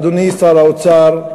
אדוני שר האוצר,